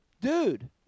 dude